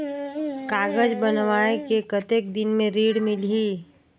कागज बनवाय के कतेक दिन मे ऋण मिलही?